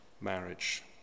marriage